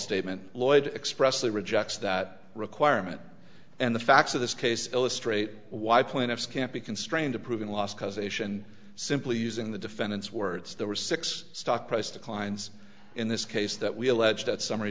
statement lloyd expressly rejects that requirement and the facts of this case illustrate why point if can't be constrained to proving last causation simply using the defendant's words there were six stock price declines in this case that we allege that summary